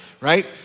right